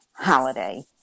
holiday